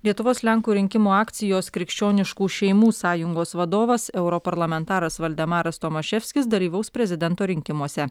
lietuvos lenkų rinkimų akcijos krikščioniškų šeimų sąjungos vadovas europarlamentaras valdemaras tomaševskis dalyvaus prezidento rinkimuose